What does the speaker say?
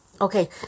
Okay